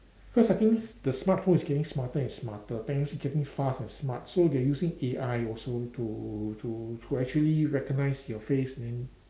cause I think the smartphone is getting smarter and smarter banks getting fast and smart so they are using A_I also to to to actually recognise your face and then